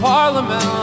Parliament